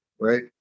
right